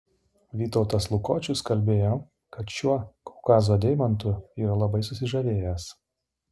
vytautas lukočius kalbėjo kad šiuo kaukazo deimantu yra labai susižavėjęs